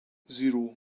zero